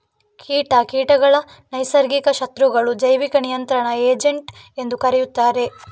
ಕೀಟ ಕೀಟಗಳ ನೈಸರ್ಗಿಕ ಶತ್ರುಗಳು, ಜೈವಿಕ ನಿಯಂತ್ರಣ ಏಜೆಂಟ್ ಎಂದೂ ಕರೆಯುತ್ತಾರೆ